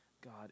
God